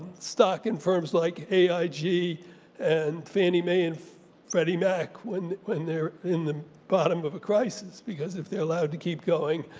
stock in firms like aig and fannie mae and freddie mac when when they're in the bottom of a crisis because if they're allowed to keep going,